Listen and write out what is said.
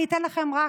אני אתן לכם רק